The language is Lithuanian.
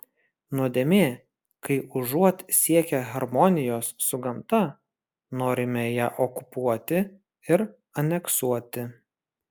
nuodėmė kai užuot siekę harmonijos su gamta norime ją okupuoti ir aneksuoti